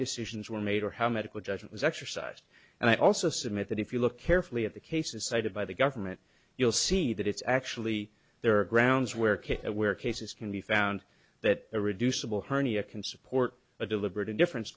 decisions were made or how medical judgment was exercised and i also submit that if you look carefully at the cases cited by the government you'll see that it's actually there are grounds where kit where cases can be found that a reducible hernia can support a deliberate indifference